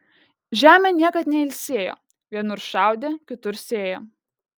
žemė niekad neilsėjo vienur šaudė kitur sėjo